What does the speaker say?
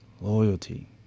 Loyalty